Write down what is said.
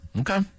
Okay